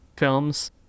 films